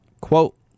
quote